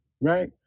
right